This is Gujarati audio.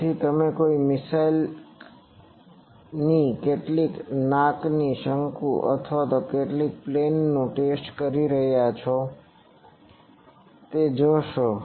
તેથી તમે કોઈ મિસાઇલની કેટલીક નાકની શંકુ અથવા કેટલાક પ્લેનનું ટેસ્ટ કરી રહ્યાં છો તે જોશો